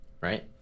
Right